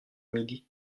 midi